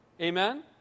Amen